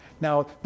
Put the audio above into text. now